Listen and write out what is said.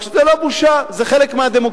לא רק שזאת לא בושה, זה חלק מהדמוקרטיה.